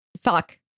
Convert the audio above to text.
fuck